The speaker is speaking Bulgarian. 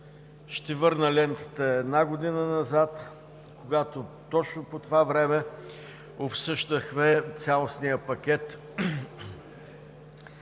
ще върна лентата една година назад, когато точно по това време обсъждахме цялостния пакет